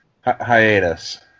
hiatus